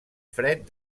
fred